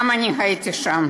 גם אני הייתי שם.